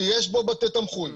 שיש בו בתי תמחוי,